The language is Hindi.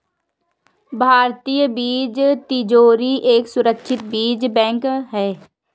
भारतीय बीज तिजोरी एक सुरक्षित बीज बैंक है